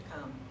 come